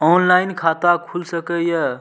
Online खाता खुल सके ये?